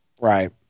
Right